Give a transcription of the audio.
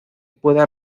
pueda